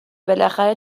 بالاخره